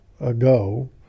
ago